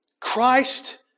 Christ